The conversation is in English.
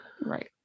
right